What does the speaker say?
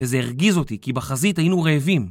וזה הרגיז אותי כי בחזית היינו רעבים